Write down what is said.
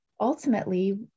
ultimately